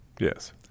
Yes